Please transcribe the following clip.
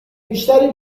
بیشتری